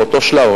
באותו שלב,